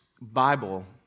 Bible